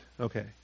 Okay